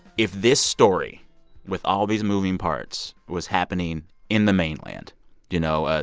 if this story with all these moving parts was happening in the mainland you know, ah